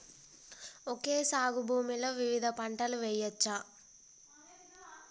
Okay సాగు భూమిలో వివిధ పంటలు వెయ్యచ్చా?